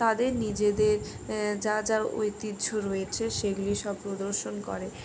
তাদের নিজেদের যা যা ঐতিহ্য রয়েছে সেইগুলি সব প্রদর্শন করে